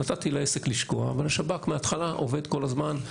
נתתי לעסק לשקוע אבל השב"כ מהתחלה עובד כל הזמן,